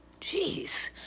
Jeez